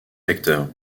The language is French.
acteur